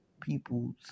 people's